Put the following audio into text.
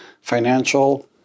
financial